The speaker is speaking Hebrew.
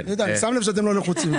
אני שם לב שאתם לא לחוצים.